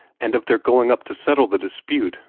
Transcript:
and of their going up to settle the dispute,